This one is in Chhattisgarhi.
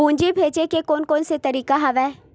पूंजी भेजे के कोन कोन से तरीका हवय?